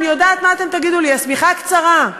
ואני יודעת מה אתם תגידו לי: השמיכה קצרה.